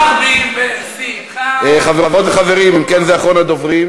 מה שיבטיח את הביטחון לאזרחי מדינת ישראל הוא לא